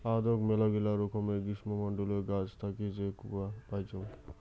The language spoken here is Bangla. আদৌক মেলাগিলা রকমের গ্রীষ্মমন্ডলীয় গাছ থাকি যে কূয়া পাইচুঙ